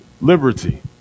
Liberty